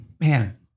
man